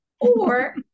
Or-